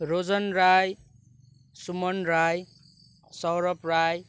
Rojan Rai Suman Rai Saurabh Rai